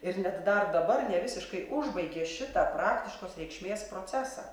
ir net dar dabar nevisiškai užbaigė šitą praktiškos reikšmės procesą